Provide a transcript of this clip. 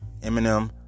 Eminem